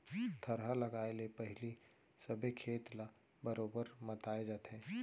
थरहा लगाए ले पहिली सबे खेत ल बरोबर मताए जाथे